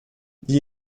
gli